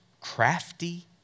crafty